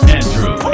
andrew